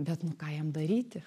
bet nu ką jam daryti